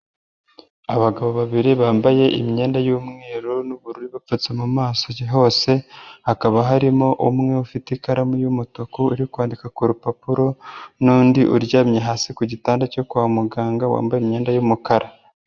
Abagabo babiri bambaye imyenda y'umweru n'ubururu bapfutse mu maso hose, hakaba harimo umwe ufite ikaramu y'umutuku, uri kwandika ku rupapuro n'undi uryamye hasi ku gitanda cyo kwa muganga wambaye imyenda y'umukara.